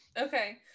Okay